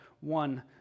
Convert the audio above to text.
one